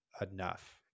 enough